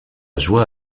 joie